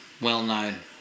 well-known